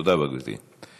תודה רבה, גברתי.